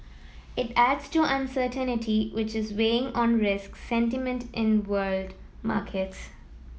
it adds to uncertainty which is weighing on risk sentiment in world markets